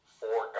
four